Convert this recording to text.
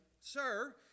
Sir